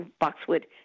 boxwood